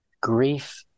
Grief